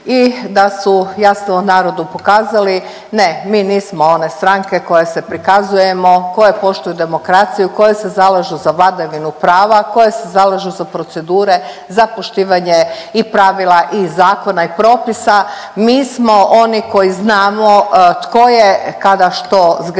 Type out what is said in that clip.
i da su jasno narodu pokazali ne nismo one stranke koje se prikazujemo koje poštuju demokraciju koje se zalažu za vladavinu prava koje se zalažu za procedure za poštivanje i pravila i zakona i propisa mi smo oni koji znamo tko je kada što zgriješio